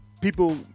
people